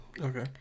Okay